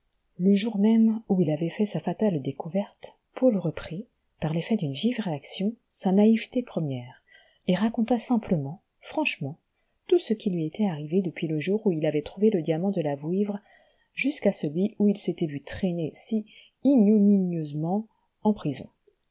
le jour même où il avait fait sa fatale découverte paul reprit par l'efiet d'une vive réaction sa naïveté première et raconta simplement franchement tout ce qui lui était arrivé depuis le jour où il avait trouvé le diamant de la vouivre jusqu'à celui où il s'était vu traîné si ignominieusement en prison